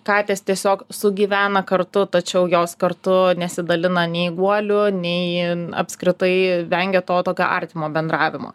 katės tiesiog sugyvena kartu tačiau jos kartu nesidalina nei guoliu nei apskritai vengia to tokio artimo bendravimo